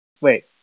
wait